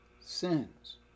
sins